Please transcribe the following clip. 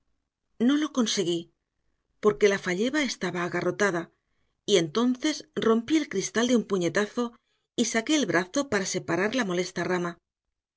no lo conseguí porque la falleba estaba agarrotada y entonces rompí el cristal de un puñetazo y saqué el brazo para separar la molesta rama